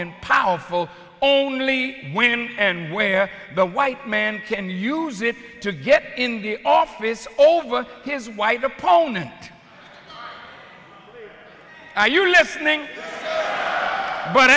and powerful only when and where the white man can use it to get in the office over his white opponent are you listening